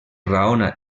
raona